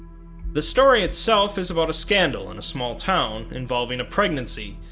the story itself is about a scandal in a small town involving a pregnancy,